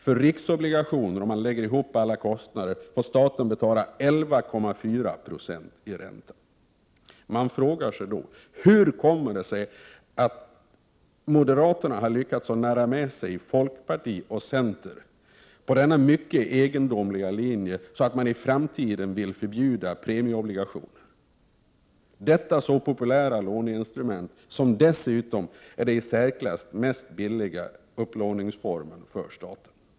För riksobligationer får staten betala — om alla kostnader läggs ihop — 11,4 96 i ränta. Man frågar sig då: Hur kommer det sig att moderaterna har lyckats narra folkpartiet och centern att gå med på denna mycket egendomliga linje, där man i framtiden vill förbjuda premieobligationer, detta så populära låneinstrument, som dessutom är den i särklass mest billiga upplåningsformen för staten?